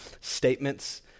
statements